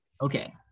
Okay